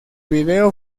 video